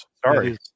sorry